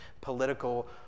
political